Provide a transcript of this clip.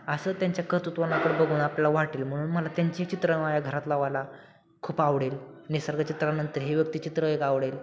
असं त्यांच्या कर्तुत्वाकडं बघून आपल्याला वाटेल म्हणून मला त्यांची चित्रं माझ्या घरात लावायला खूप आवडेल निसर्गचित्रानंतर हे व्यक्तिचित्र एक आवडेल